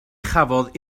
chafodd